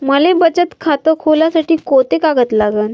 मले बचत खातं खोलासाठी कोंते कागद लागन?